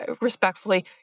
respectfully